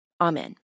Amen